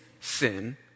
sin